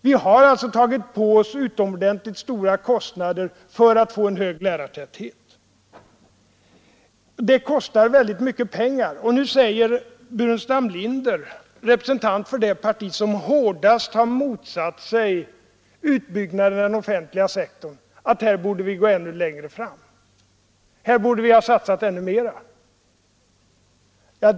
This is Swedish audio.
Vi har alltså tagit på oss utomordentligt stora kostnader för att få en stor lärartäthet. Det kostar väldigt mycket pengar. Nu säger herr Burenstam Linder, representant för det parti som hårdast har motsatt sig utbyggnaden av den offentliga sektorn, att här borde vi gå ännu längre, här borde vi ha satsat ännu mera.